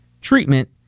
treatment